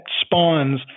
spawns